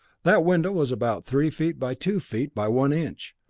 that window was about three feet by two feet by one inch,